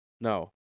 No